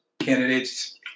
candidates